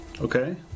Okay